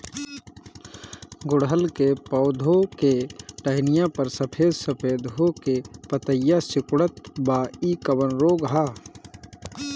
गुड़हल के पधौ के टहनियाँ पर सफेद सफेद हो के पतईया सुकुड़त बा इ कवन रोग ह?